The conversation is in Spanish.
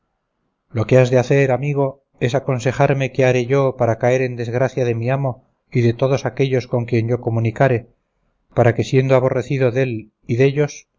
has de hacer amigo es aconsejarme qué haré yo para caer en desgracia de mi amo y de todos aquellos con quien yo comunicare para que siendo aborrecido dél y dellos